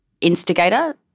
instigator